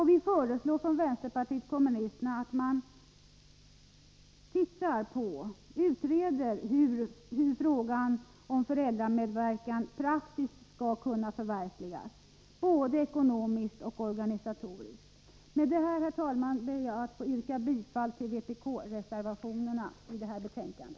Vi föreslår att man utreder frågan om hur föräldramedverkan praktiskt skall kunna förverkligas, både ekonomiskt och organisatoriskt. Med detta, herr talman, ber jag att få yrka bifall till vpk-reservationerna vid detta betänkande.